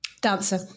dancer